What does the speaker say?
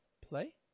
play